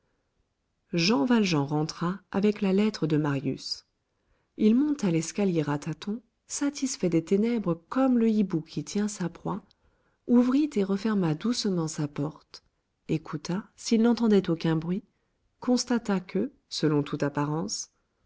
jean valjean rentra avec la lettre de marius il monta l'escalier à tâtons satisfait des ténèbres comme le hibou qui tient sa proie ouvrit et referma doucement sa porte écouta s'il n'entendait aucun bruit constata que selon toute apparence